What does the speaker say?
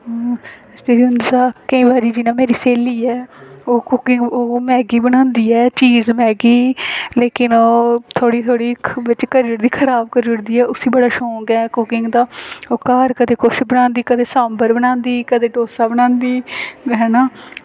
केईं बारी जियां मेरी स्हेली ऐ ओह् कुकिंग ओह् मैगी बनांदी ऐ चीस मैगी लेकिन ओह् बिच थोह्ड़ी थोह्ड़ी करी ओड़दी खराब करी ओड़दी ऐ खराब उसी बड़ा शौक ऐ कुकिंग दा ओह् गर कदें कुछ बनांदी कदें सांबर बनांदी ते कदें डोसा बनांदी है ना